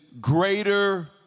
greater